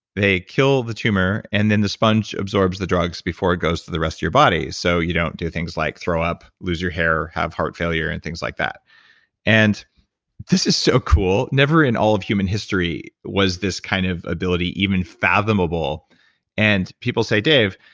they kill the tumor, and then the sponge absorbs the drugs before it goes to the rest of your body, so you don't do things like throw up, lose your hair, have heart failure and things like that and this is so cool. never in all of human history was this kind of ability even fathomable and people say, dave,